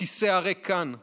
בכיסא הריק כאן מולנו,